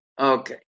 Okay